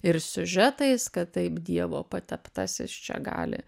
ir siužetais kad taip dievo pateptasis čia gali